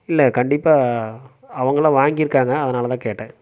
இல்லை கண்டிப்பாக அவங்களா வாங்கியிருக்காங்க அதனாலதான் கேட்டேன்